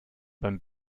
beim